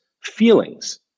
feelings